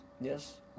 yes